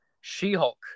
She-Hulk